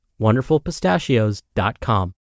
wonderfulpistachios.com